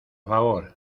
favor